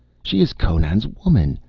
she is conan's woman!